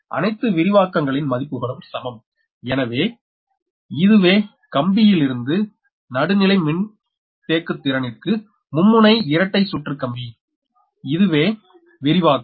அனைத்து விரிவாக்கங்களின் மதிப்புகளும் சமம் எனவே இதுவே கம்பியிலிருந்து நடுநிலை மின்தேக்குத்திறனிற்கு மும்முனை இரட்டை சுற்று கம்பி இதுவே விரிவாக்கம்